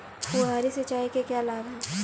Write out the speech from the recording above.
फुहारी सिंचाई के क्या लाभ हैं?